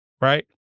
Right